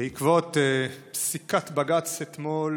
בעקבות פסיקת בג"ץ אתמול,